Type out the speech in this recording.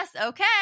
Okay